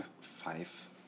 five